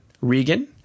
Regan